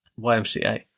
YMCA